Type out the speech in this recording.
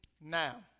Now